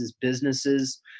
businesses